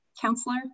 counselor